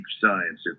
science